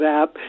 app